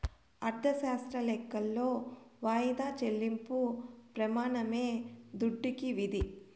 అర్ధశాస్త్రం లెక్కలో వాయిదా చెల్లింపు ప్రెమానమే దుడ్డుకి విధి